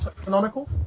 canonical